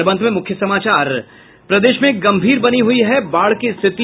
और अब अंत में मुख्य समाचार प्रदेश में गंभीर बनी हुई है बाढ़ की स्थिति